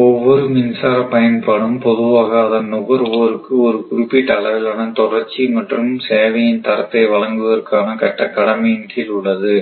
ஒவ்வொரு மின்சாரப் பயன்பாடும் பொதுவாக அதன் நுகர்வோருக்கு ஒரு குறிப்பிட்ட அளவிலான தொடர்ச்சி மற்றும் சேவையின் தரத்தை வழங்குவதற்கான கடமையின் கீழ் உள்ளது